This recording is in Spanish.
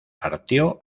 partió